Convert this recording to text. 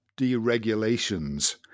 deregulations